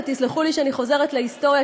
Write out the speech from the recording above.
ותסלחו לי שאני חוזרת להיסטוריה,